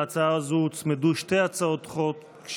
להצעה הזו הוצמדו שתי הצעות חוק,